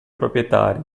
proprietari